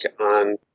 on